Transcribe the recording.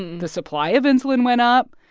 the supply of insulin went up,